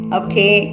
okay